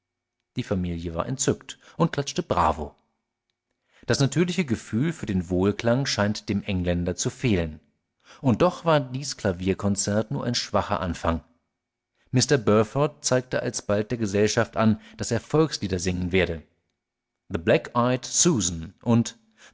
die familie war entzückt und klatschte bravo das natürliche gefühl für den wohlklang scheint dem engländer zu fehlen und doch war dies klavierkonzert nur ein schwacher anfang mr burford zeigte alsbald der gesellschaft an daß er volkslieder singen werde the black eyed susan und